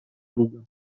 друга